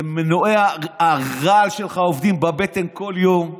מנועי הרעל שלך עובדים בבטן כל יום,